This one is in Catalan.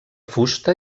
fusta